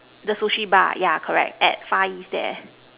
the Sushi bar yeah correct at far east there